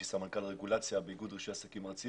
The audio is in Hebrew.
סמנכ"ל רגולציה באיגוד רישוי עסקים ארצי